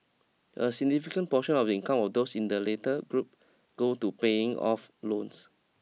a significant portion of the income of those in the later group go to paying off loans